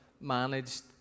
managed